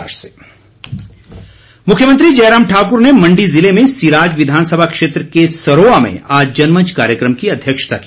जनमंच मुख्यमंत्री जयराम ठाकुर ने मंडी जिले में सिराज विधानसभा क्षेत्र के सरोआ में आज जनमंच कार्यक्रम की अध्यक्षता की